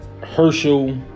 Herschel